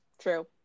True